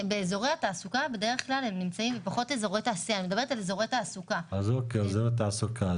אני מדברת יותר על אזורי תעסוקה ופחות על אזורי תעשייה.